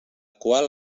qual